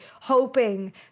hoping